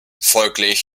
folglich